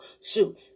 Shoot